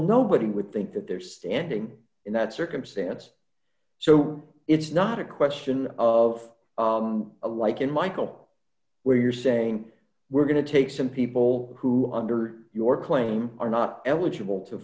nobody would think that they're standing in that circumstance so it's not a question of a like in michael where you're saying we're going to take some people who under your claim are not eligible to